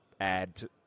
add